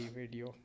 video